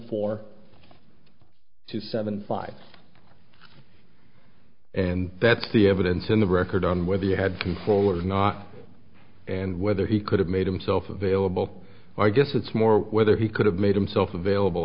two seven five and that's the evidence in the record on whether you had control or not and whether he could have made himself available i guess it's more whether he could have made himself available